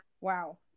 wow